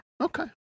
okay